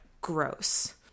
gross